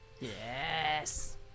Yes